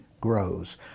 grows